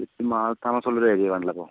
ചുറ്റും ആൾ താമസമുള്ള ഒരു ഏരിയ വേണമല്ലെ അപ്പോൾ